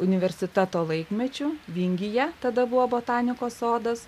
universiteto laikmečiu vingyje tada buvo botanikos sodas